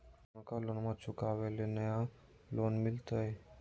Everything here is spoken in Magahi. पुर्नका लोनमा चुकाबे ले नया लोन मिलते?